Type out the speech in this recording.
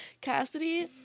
Cassidy